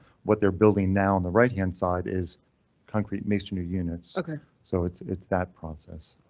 what they're building now on the right hand side is concrete masonry units. ok, so it's it's that process.